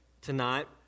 tonight